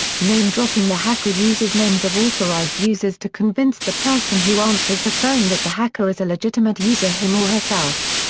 name-dropping the hacker uses names of authorized users to convince the person who answers the phone that the hacker is a legitimate user him or herself.